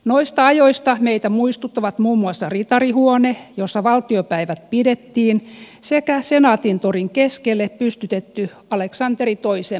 noista ajoista meitä muistuttavat muun muassa ritarihuone jossa valtiopäivät pidettiin sekä senaatintorin keskelle pystytetty aleksanteri iin patsas